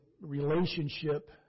relationship